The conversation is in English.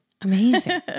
Amazing